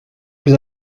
plus